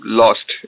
lost